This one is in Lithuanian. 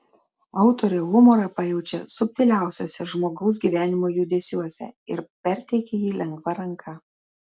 autorė humorą pajaučia subtiliausiuose žmogaus gyvenimo judesiuose ir perteikia jį lengva ranka